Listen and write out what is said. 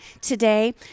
today